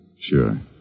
Sure